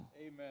Amen